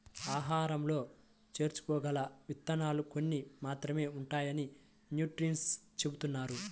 ఆహారంలో చేర్చుకోగల విత్తనాలు కొన్ని మాత్రమే ఉంటాయని న్యూట్రిషన్స్ చెబుతున్నారు